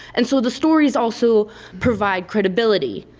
and so the stories also provide credibility,